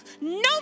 no